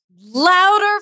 Louder